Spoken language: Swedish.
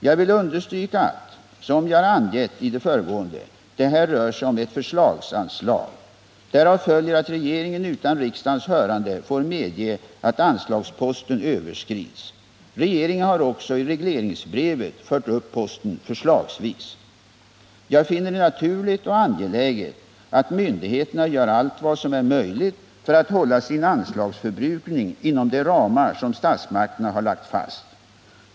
Jag vill understryka att — som jag har angett i det föregående — det här rör sig om ett förslagsanslag. Därav följer att regeringen utan riksdagens hörande får medge att anslagsposten överskrids. Regeringen har också i regleringsbrevet fört upp posten ”förslagsvis”. Jag finner det naturligt och angeläget att myndigheterna gör allt vad som är möjligt för att hålla sin anslagsförbrukning inom de ramar som statsmakterna har lagt fast.